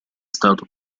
stato